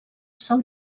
sol